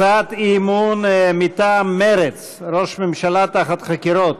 הצעת אי-אמון מטעם מרצ: ראש ממשלה תחת חקירות.